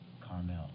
Carmel